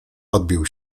odbił